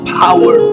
power